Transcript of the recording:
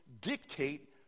dictate